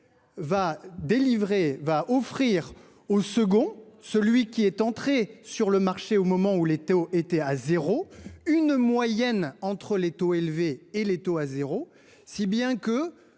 va délivrer va offrir au second, celui qui est entré sur le marché au moment où les taux étaient à 0, une moyenne entre les taux élevés et les taux à 0, si bien que